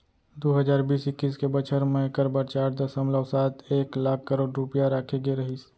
दू हजार बीस इक्कीस के बछर म एकर बर चार दसमलव सात एक लाख करोड़ रूपया राखे गे रहिस